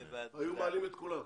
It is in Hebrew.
היו מעלים את כולם.